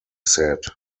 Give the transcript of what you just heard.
said